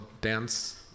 dance